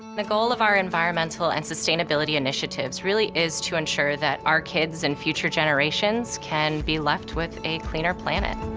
and the goal of our environmental and sustainability initiatives really is to ensure that our kids and future generations can be left with a cleaner planet.